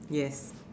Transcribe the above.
yes